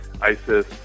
ISIS